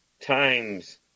times